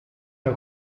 wir